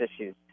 issues